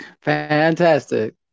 Fantastic